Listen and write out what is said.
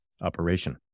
operation